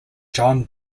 john